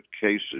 cases